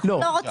אנחנו לא רוצים.